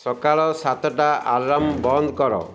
ସକାଳ ସାତଟା ଆଲାର୍ମ ବନ୍ଦ କର